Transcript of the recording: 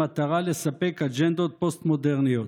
במטרה לספק אג'נדות פוסט-מודרניות.